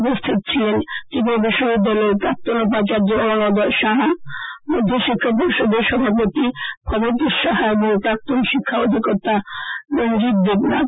উপস্থিত ছিলেন ত্রিপুরা বিশ্ববিদ্যালয়ের প্রাক্তন উপাচার্য অরুনোদয় সাহা মধ্যশিক্ষা পর্ষদের সভাপতি ভবতোষ সাহা এবং প্রাক্তন শিক্ষা অধিকর্তা রঞ্জিত দেবনাথ